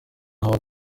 how